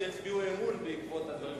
הם עוד יצביעו אמון בעקבות הדברים שלך.